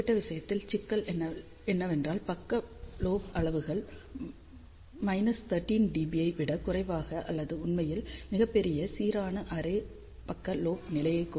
இந்த குறிப்பிட்ட விஷயத்தில் சிக்கல் என்னவென்றால் பக்க லோப் அளவுகள் 13 dB ஐ விட குறைவாக அல்லது உண்மையில் மிகப் பெரிய சீரான அரே பக்க லோப் நிலை கூட 13